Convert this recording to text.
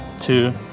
two